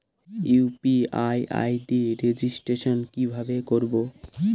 UPI ID registration কিভাবে করব?